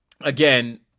again